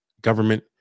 government